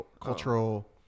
cultural